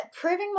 proving